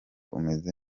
umeze